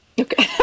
okay